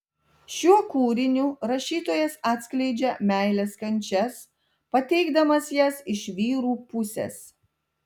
šiuo kūriniu rašytojas atskleidžia meilės kančias pateikdamas jas iš vyrų pusės